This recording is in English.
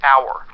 hour